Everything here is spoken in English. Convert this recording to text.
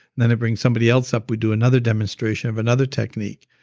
then i bring somebody else up, we do another demonstration of another technique.